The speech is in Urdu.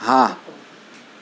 ہاں